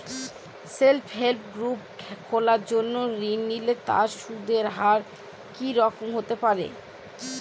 Self help group খোলার জন্য ঋণ নিলে তার সুদের হার কি রকম হতে পারে?